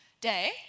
day